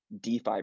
DeFi